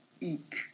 eek